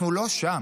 אנחנו לא שם,